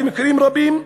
במקרים רבים,